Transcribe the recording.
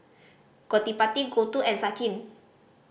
Gottipati Gouthu and Sachin